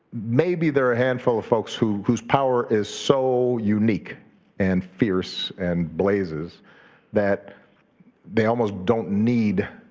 maybe there are a handful of folks whose whose power is so unique and fierce and blazes that they almost don't need